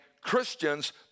Christians